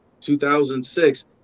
2006